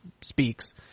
speaks –